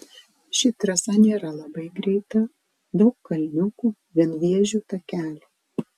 ši trasa nėra labai greita daug kalniukų vienvėžių takelių